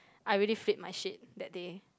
I really flipped my shit that day